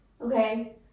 Okay